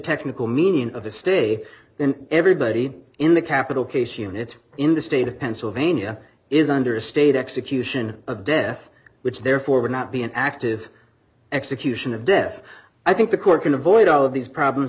technical meaning of a stay then everybody in the capital case unit in the state of pennsylvania is under a state execution of death which therefore would not be an active execution of death i think the court can avoid all of these problems